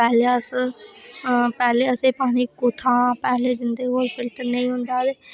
पैह्लें अस पैह्लें असें एह् पानी पैह्ले जिं'दे कोल